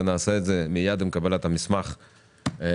ונעשה את זה מייד עם קבלת המסמך מצה"ל,